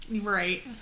Right